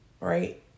right